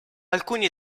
alcuni